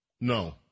No